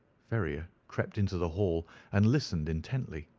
ferrier crept into the hall and listened intently.